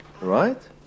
right